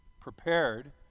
prepared